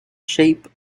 shape